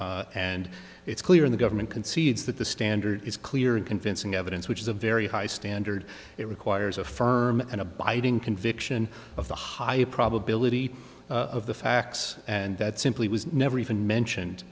burden and it's clear in the government concedes that the standard is clear and convincing evidence which is a very high standard it requires a firm and abiding conviction of the high probability of the facts and that simply was never even mentioned